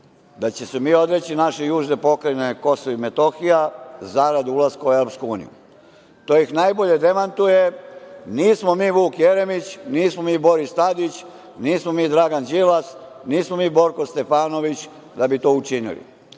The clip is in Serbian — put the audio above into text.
da ćemo se mi odreći naše južne pokrajine Kosovo i Metohija zarad ulaska u EU. To ih najbolje demantuje, nismo mi Vuk Jeremić, nismo mi Boris Tadić, nismo mi Dragan Đilas, nismo mi Borko Stefanović, da bi to učinili.